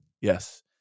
yes